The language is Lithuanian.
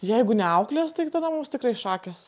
jeigu ne auklės tai tada mums tikrai šakės